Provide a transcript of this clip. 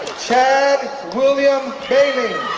chad william behling